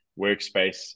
workspace